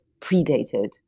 predated